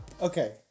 Okay